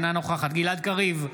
אינה נוכחת גלעד קריב,